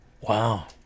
Wow